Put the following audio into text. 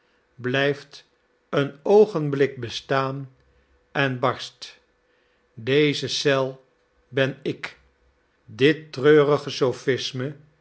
blijft een oogenblik bestaan en barst deze cel ben ik dit treurige sophisme